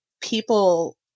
people